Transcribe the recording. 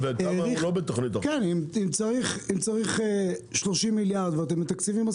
אם צריך 30 מיליארד ואתם מתקצבים 10